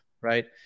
Right